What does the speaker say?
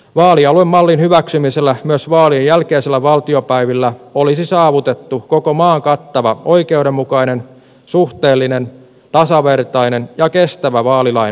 vaalialuemallin hyväksymisellä myös vaalien jälkeisillä valtiopäivillä olisi saavutettu koko maan kattava oikeudenmukainen suhteellinen tasavertainen ja kestävä vaalilain uudistus